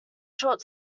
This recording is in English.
short